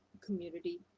community